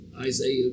Isaiah